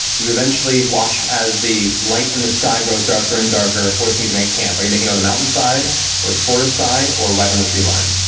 you eventually watch as the light in the sky grows darker and darker, forcing you to make camp. are you making it on the mountainside or the forest side or right on the treeline?